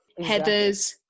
Heathers